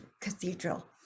cathedral